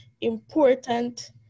important